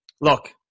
look